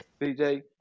dj